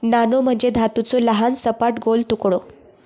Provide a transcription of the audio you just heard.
नाणो म्हणजे धातूचो लहान, सपाट, गोल तुकडो